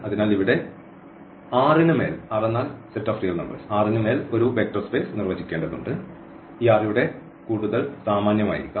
അതിനാൽ ഇവിടെ R ന് മേൽ ഒരു വെക്റ്റർ സ്പേസ് നിർവചിക്കേണ്ടതുണ്ട് ഈ R ഇവിടെ കൂടുതൽ സാമാന്യമായിരിക്കാം